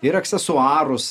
ir aksesuarus